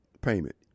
payment